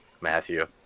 Matthew